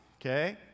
okay